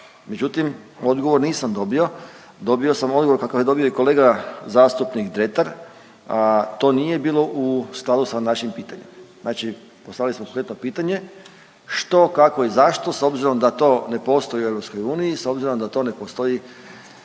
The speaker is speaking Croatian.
međutim odgovor nisam dobio, dobio sam odgovor kakav je dobio i kolega zastupnik Dretar, a to nije bilo u skladu sa našim pitanjem. Znači postavili smo konkretno pitanje, što, kako i zašto s obzirom da to ne postoji u EU, s obzirom da to ne postoji